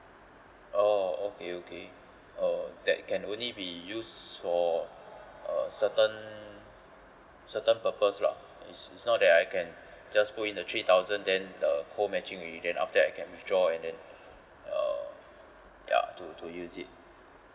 oh okay okay oh that can only be used for a certain certain purpose lah is it's not that I can just put in the three thousand then the co matching will then after that I can withdraw and then uh ya to to use it